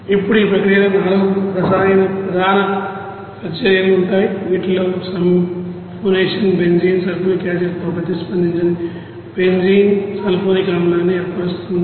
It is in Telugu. ఇప్పుడు ఈ ప్రక్రియలో 4 ప్రధాన రసాయన ప్రతిచర్యలు ఉంటాయి వీటిలో సల్ఫోనేషన్గా బెంజీన్ సల్ఫ్యూరిక్ యాసిడ్తో ప్రతిస్పందించి బెంజీన్ సల్ఫోనిక్ ఆమ్లాన్ని ఏర్పరుస్తుంది